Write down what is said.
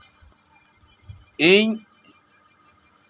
ᱤᱧ